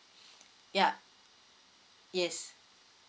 yeah yes